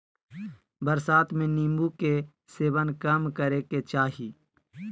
बरसात में नीम्बू के सेवन कम करे के चाही